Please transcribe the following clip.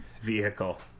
vehicle